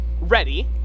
Ready